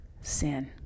sin